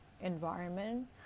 environment